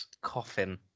coffin